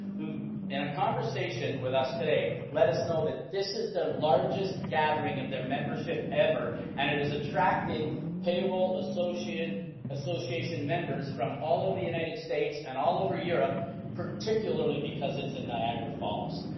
who in a conversation with us today, let us know that this is their largest gathering of their membership ever and it is attracting payroll association association members from all over the united states and all over europe particularly because it's in niagara falls.